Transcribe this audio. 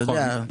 אתה יודע.